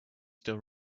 still